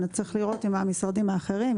צריך לראות עם המשרדים האחרים,